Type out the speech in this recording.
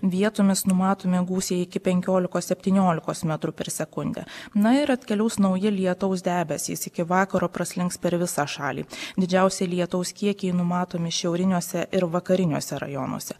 vietomis numatomi gūsiai iki penkiolikos septyniolikos metrų per sekundę na ir atkeliaus nauji lietaus debesys iki vakaro praslinks per visą šalį didžiausiai lietaus kiekiai numatomi šiauriniuose ir vakariniuose rajonuose